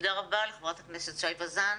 תודה רבה לחה"כ שי- וזאן.